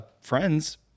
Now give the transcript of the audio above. friends